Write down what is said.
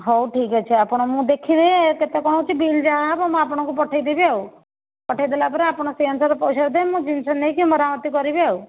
ହେଉ ଠିକ୍ଅଛି ଆପଣ ମୁଁ ଦେଖିବି କେତେ କ'ଣ ହେଉଛି ବିଲ୍ ଯାହାହେବ ମୁଁ ଆପଣଙ୍କୁ ପଠାଇ ଦେବି ଆଉ ପଠାଇ ଦେଲା ପରେ ଆପଣ ସେହି ଅନୁସାରେ ପଇସା ଦେବେ ମୁଁ ଜିନିଷ ନେଇକି ମରାମତି କରିବି ଆଉ